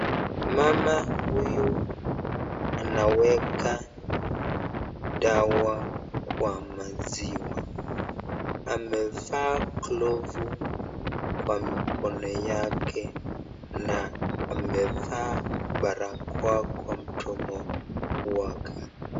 Mama huyu anaweka dawa kwa maziwa. Amevaa glavu kwa mikono yake na amevaa barakoa kwa mdomo wake.